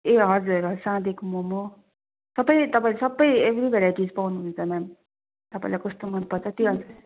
ए हजुर साँधेको मम सब तपाईँले सब एभ्री भेराइटिज पाउनु हुन्छ मेम तपाईँलाई कस्तो मन पर्छ त्यही अनुसार